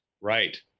Right